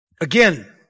Again